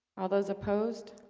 all those opposed